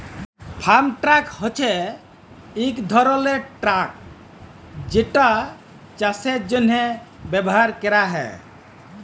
farm truck হছে ইক ধরলের ট্রাক যেটা চাষের জ্যনহে ব্যাভার ক্যরা হ্যয়